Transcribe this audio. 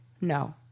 no